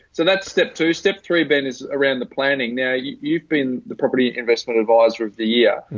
so that's step two. step three, ben is around the planning. now. you've been the property investment advisor of the year,